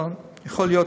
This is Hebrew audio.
אבל יכול להיות